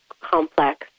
complex